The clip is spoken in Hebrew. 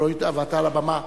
אבל הואיל ואתה על הבמה,